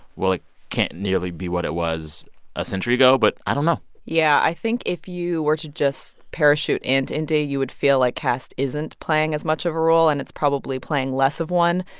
well, it can't nearly be what it was a century ago. but i don't know yeah. i think if you were to just parachute and into india, you would feel like caste isn't playing as much of a role, and it's probably playing less of one.